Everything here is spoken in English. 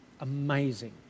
amazing